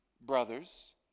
brothers